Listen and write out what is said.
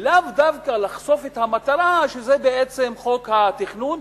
ולאו דווקא לחשוף את המטרה שזה בעצם חוק התכנון,